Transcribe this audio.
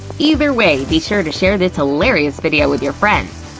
either way, be sure to share this hilarious video with your friends!